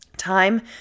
Time